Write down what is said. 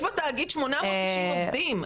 יש בתאגיד 890 עובדים.